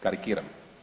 Karikiram.